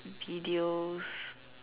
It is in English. videos